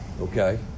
okay